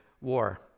war